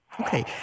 Okay